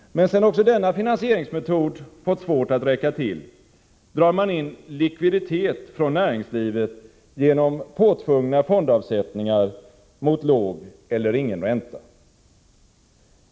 Men sedan också denna finansieringsmetod fått svårt att räcka till, drar man in likviditet från näringslivet genom påtvungna fondavsättningar till låg eller ingen ränta.